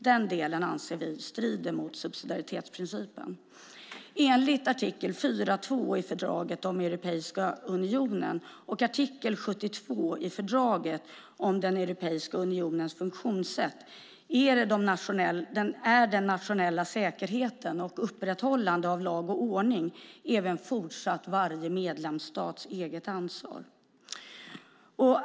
Den delen anser vi strider mot subsidiaritetsprincipen. Enligt artikel 4.2 i fördraget om Europeiska unionen och artikel 72 i fördraget om Europeiska unionens funktionssätt är den nationella säkerheten och upprätthållandet av lag och ordning även fortsatt varje medlemsstats eget ansvar.